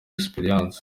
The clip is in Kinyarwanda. experience